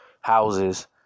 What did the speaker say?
houses